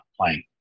playing